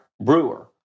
brewer